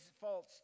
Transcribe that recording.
false